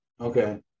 okay